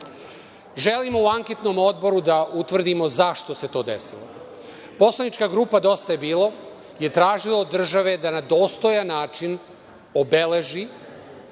Želimo u anketnom odboru da utvrdimo zašto se to desilo. Poslanička grupa "Dosta je bilo" je tražila od države da na dostojan način obeleži